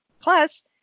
Plus